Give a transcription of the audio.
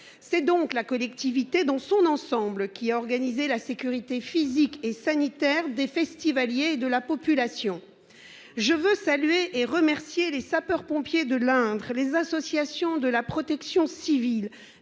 C'est donc la collectivité dans son ensemble qui a organisé la sécurité physique et sanitaire des festivaliers de la population. Je veux saluer et remercier les sapeurs pompiers de l'Indre, les associations de la protection civile,